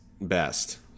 best